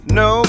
no